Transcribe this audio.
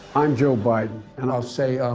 i'm joe biden, and i'll say,